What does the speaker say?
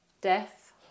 Death